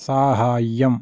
साहाय्यम्